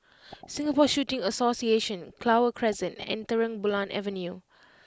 Singapore Shooting Association Clover Crescent and Terang Bulan Avenue